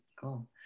Cool